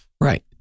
Right